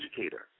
educator